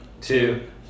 two